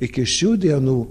iki šių dienų